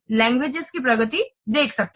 languages की प्रगति देख सकते हैं